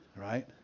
right